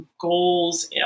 goals